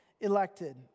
elected